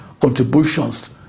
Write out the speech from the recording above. contributions